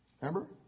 Remember